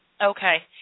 Okay